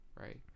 Right